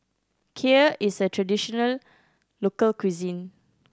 kheer is a traditional local cuisine